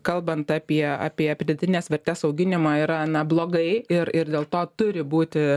kalbant apie apie pridėtinės vertės auginimą yra neblogai ir ir dėl to turi būti